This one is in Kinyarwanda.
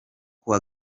kuwa